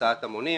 הסעת המונים,